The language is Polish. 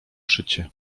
szycie